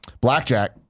Blackjack